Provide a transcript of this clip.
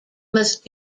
must